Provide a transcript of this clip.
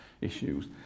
issues